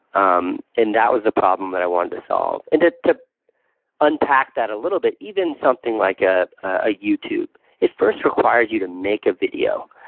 um and that was the problem that i wanted to solve. and, ah to unpack that a little bit, even something like ah a youtube it first requires you to make a video.